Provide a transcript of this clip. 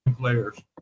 players